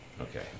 Okay